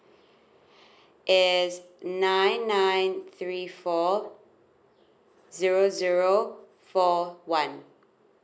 is nine nine three four zero zero four one